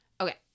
okay